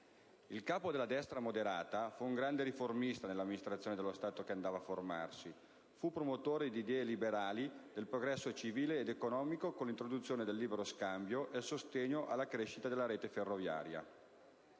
Il capo della Destra moderata fu un grande riformista nell'amministrazione dello Stato italiano che andava a formarsi, fu promotore di idee liberali, del progresso civile ed economico con l'introduzione del libero scambio e il sostegno alla crescita della rete ferroviaria.